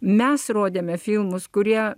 mes rodėme filmus kurie